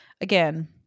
again